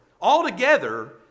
altogether